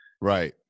right